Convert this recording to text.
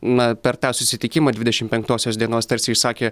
na per tą susitikimą dvidešim penktosios dienos tarsi išsakė